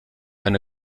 eine